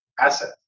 asset